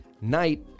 night